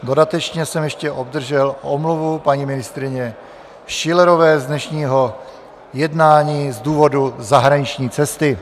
Dodatečně jsem ještě obdržel omluvu paní ministryně Schillerové z dnešního jednání z důvodu zahraniční cesty.